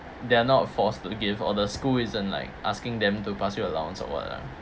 they are not forced to give or the school isn't like asking them to pass you allowance or what lah